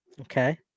Okay